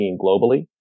globally